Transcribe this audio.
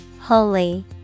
Holy